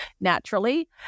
naturally